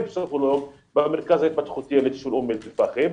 פסיכולוג במרכז להתפתחות הילד של אום אל-פאחם,